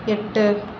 எட்டு